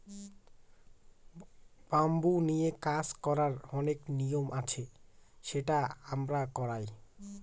bamboo নিয়ে কাজ করার অনেক নিয়ম আছে সেটা আমরা করায়